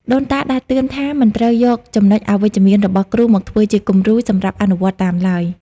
ដូនតាដាស់តឿនថាមិនត្រូវយកចំណុចអវិជ្ជមានរបស់គ្រូមកធ្វើជាគំរូសម្រាប់អនុវត្តតាមឡើយ។